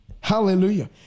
Hallelujah